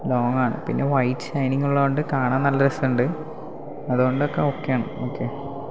ലോങ്ങാണ് പിന്നെ white shining ഉള്ളോണ്ട് കാണാൻ നല്ല രസമുണ്ട് അതുകൊണ്ടൊക്കെ ഓക്കെയാണ് ഓക്കെ